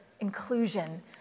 inclusion